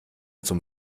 zum